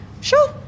sure